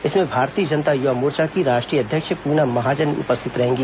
इसमें भारतीय जनता युवा मोर्चा की राष्ट्रीय अध्यक्ष पूनम महाजन उपस्थित रहेंगी